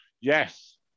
yes